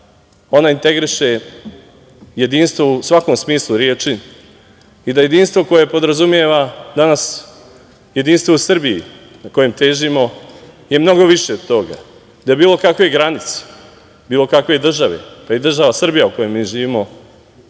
ona integriše jedinstvo u svakom smislu reči i da jedinstvo koje podrazumeva danas jedinstvo u Srbiji kojem težimo je mnogo više od toga, da bilo kakve granice, bilo kakve države, pa i država Srbija u kojoj mi živimo,